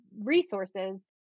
resources